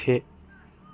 से